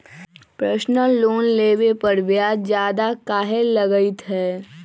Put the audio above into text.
Personal loan लेबे पर ब्याज ज्यादा काहे लागईत है?